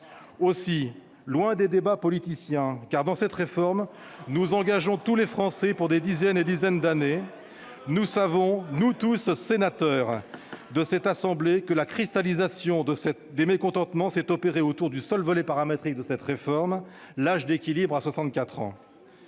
Alors, loin des débats politiciens- avec cette réforme, nous engageons tous les Français pour des dizaines et des dizaines d'années -, nous savons, en tant que sénateurs, que la cristallisation des mécontentements s'est opérée autour du seul volet paramétrique de cette réforme, l'âge d'équilibre à 64 ans.